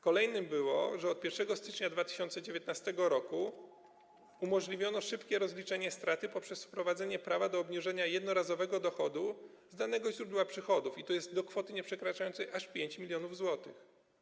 Kolejne było to, że od 1 stycznia 2019 r. umożliwiono szybkie rozliczenie straty poprzez wprowadzenie prawa do obniżenia jednorazowego dochodu z danego źródła przychodów, do kwoty nieprzekraczającej aż 5 mln zł.